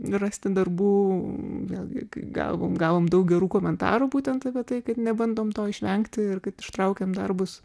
rasti darbų vėlgi kai gavom gavom daug gerų komentarų būtent apie tai kad nebandom to išvengti ir kad ištraukiam darbus